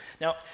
Now